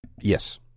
Yes